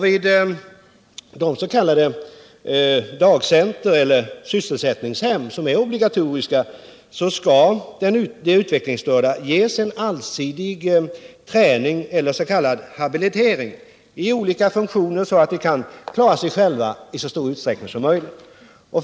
Vid s.k. dagcentra eller sysselsättningshem skall de utvecklingsstörda ges en allsidig träning, s.k. habilitering, i olika funktioner, så att de i så stor utsträckning som möjligt kan klara sig själva.